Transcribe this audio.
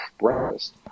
breakfast